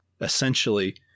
essentially